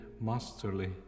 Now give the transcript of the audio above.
masterly